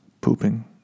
pooping